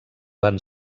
van